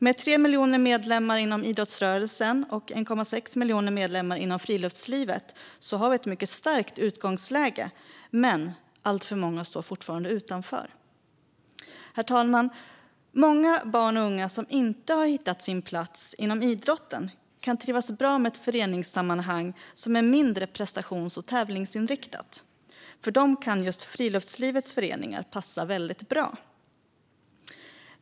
Med 3 miljoner medlemmar inom idrottsrörelsen och 1,6 miljoner medlemmar inom friluftslivet har vi ett mycket starkt utgångsläge, men alltför många står fortfarande utanför. Herr talman! Många barn och unga som inte har hittat sin plats inom idrotten kan trivas bra med ett föreningssammanhang som är mindre prestations och tävlingsinriktat. För dem kan just friluftslivets föreningar passa väldigt bra.